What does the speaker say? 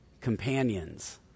Companions